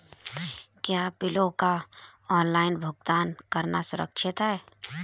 क्या बिलों का ऑनलाइन भुगतान करना सुरक्षित है?